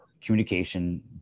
communication